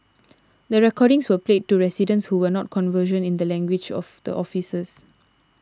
the recordings were played to residents who were not conversant in the language of the officers